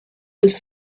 with